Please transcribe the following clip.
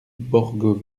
borgo